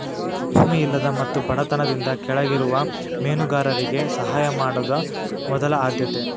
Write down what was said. ಭೂಮಿ ಇಲ್ಲದ ಮತ್ತು ಬಡತನದಿಂದ ಕೆಳಗಿರುವ ಮೇನುಗಾರರಿಗೆ ಸಹಾಯ ಮಾಡುದ ಮೊದಲ ಆದ್ಯತೆ